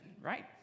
right